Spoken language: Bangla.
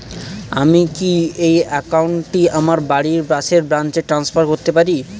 আমি কি এই একাউন্ট টি আমার বাড়ির পাশের ব্রাঞ্চে ট্রান্সফার করতে পারি?